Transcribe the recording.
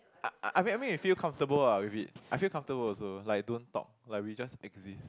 I I I mean I mean it feel comfortable ah with it I feel comfortable also like don't talk like we just exist